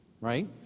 right